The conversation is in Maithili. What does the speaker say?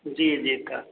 जी जी